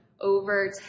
over